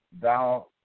thou